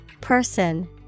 Person